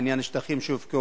עניין של שטחים שהופקעו,